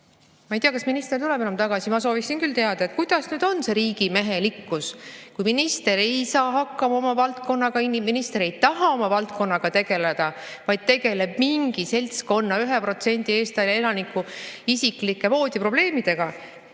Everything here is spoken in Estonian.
Ma ei tea, kas minister tuleb enam tagasi. Ma soovin küll teada, et kus nüüd on see riigimehelikkus, kui minister ei saa hakkama oma valdkonnaga, minister ei taha oma valdkonnaga tegeleda, vaid tegeleb mingi seltskonna, 1% Eesti elanike isiklike voodiprobleemidega.